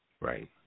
Right